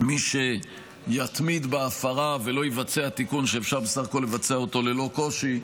מי שיתמיד בהפרה ולא יבצע תיקון שאפשר בסך הכול לבצע אותו ללא קושי,